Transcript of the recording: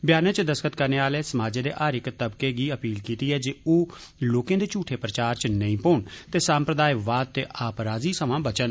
बयानै च दस्तखत करने आलें समाजें दे हर इक तबके गी अपील कीती ऐ जे ओह लोकें दे झूठे प्रचार च नेई पौन ते सांप्रदायवाद ते आपराजी सवां बचन